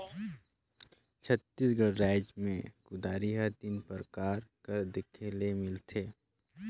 छत्तीसगढ़ राएज मे कुदारी हर तीन परकार कर देखे ले मिलथे